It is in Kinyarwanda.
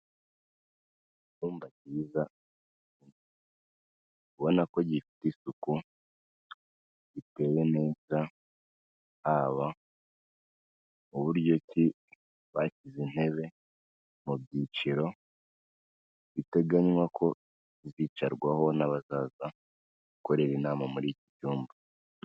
icyumba kiza ubonna ko gifite isuku giteye neza haba uburyo ki bashyize intebe mu byiciro, biteganywa ko zicarwaho n'abasaza bakorera inama muri iki cyumba.